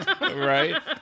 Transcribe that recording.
Right